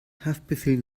haftbefehl